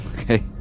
Okay